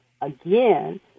again